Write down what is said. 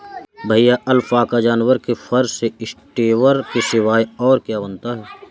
भैया अलपाका जानवर के फर से स्वेटर के सिवाय और क्या बनता है?